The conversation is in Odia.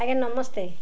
ଆଜ୍ଞା ନମସ୍ତେ